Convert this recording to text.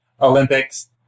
Olympics